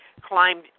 climbed